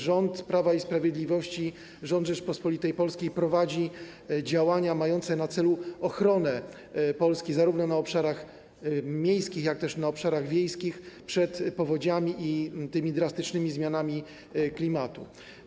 Rząd Prawa i Sprawiedliwości, rząd Rzeczypospolitej Polskiej prowadzi działania mające na celu ochronę Polski zarówno na obszarach miejskich, jak też na obszarach wiejskich przed powodziami i tymi drastycznymi zmianami klimatu.